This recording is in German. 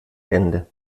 ende